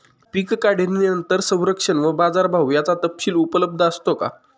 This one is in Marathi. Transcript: पीक काढणीनंतर संरक्षण व बाजारभाव याचा तपशील उपलब्ध असतो का?